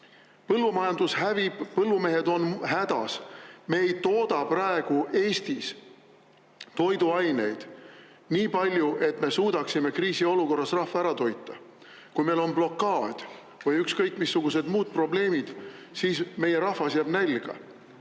põllumajandus hävib! –, põllumehed on hädas. Me ei tooda praegu Eestis toiduaineid nii palju, et me suudaksime kriisiolukorras rahva ära toita. Kui meil on blokaad või ükskõik missugused muud probleemid, siis meie rahvas jääb nälga.